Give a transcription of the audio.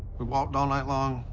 walked all night long,